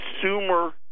Consumer